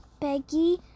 Peggy